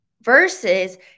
versus